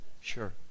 Sure